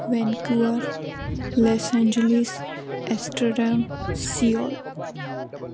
Vancouver Los Angeles Astrodome Seoul